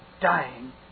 dying